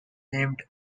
named